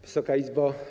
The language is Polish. Wysoka Izbo!